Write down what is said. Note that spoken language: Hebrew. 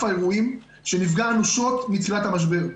האירועים שנפגע אנושות מתחילת המשבר.